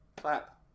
clap